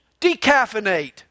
decaffeinate